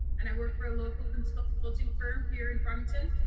and i work for a local consulting firm here in farmington.